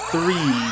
Three